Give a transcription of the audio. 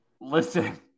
Listen